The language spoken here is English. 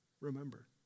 Remember